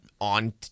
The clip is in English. on